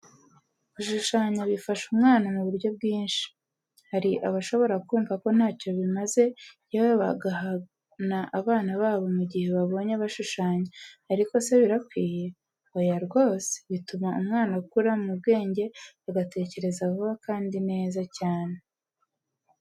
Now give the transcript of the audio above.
Gushushanya bifasha umwana mu buryo bwinshi. Hari abashobora kumva ko ntacyo bimaze yewe bagahana abana babo mu gihe bababonye bashushanya, ariko se birakwiye? Oya rwose! Bituma umwana akura mu bwenge, agatekereza vuba kandi neza cyane.